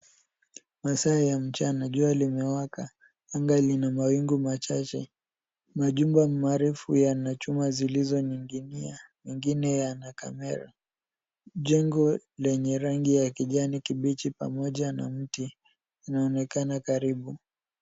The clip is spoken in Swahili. Masaa ya mchana, jua limewaka anga lina mawingu machache. Majumba marefu yana chuma zilizoning'inia mengine yana kamera. Jengo lenye rangi ya kijani kibichi pamoja na mti unaonekana karibu.